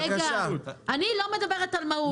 רגע, אני לא מדברת על המהות.